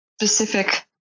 specific